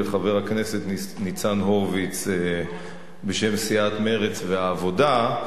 חבר הכנסת ניצן הורוביץ בשם סיעות מרצ והעבודה,